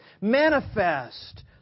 manifest